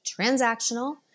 transactional